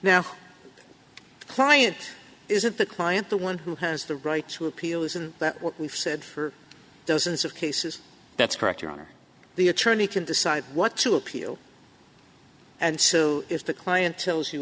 now client is it the client the one who has the right to appeal isn't that what we've said for dozens of cases that's correct your honor the attorney can decide what to appeal and so is the client tho